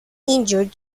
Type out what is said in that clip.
injured